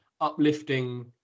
uplifting